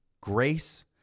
grace